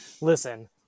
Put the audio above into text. Listen